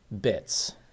bits